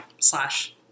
slash